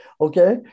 Okay